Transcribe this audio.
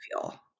feel